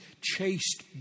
chaste